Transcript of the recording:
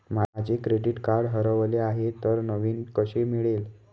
माझे credit card हरवले आहे तर नवीन कसे मिळेल?